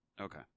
Okay